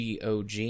GOG